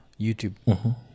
YouTube